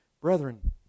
Brethren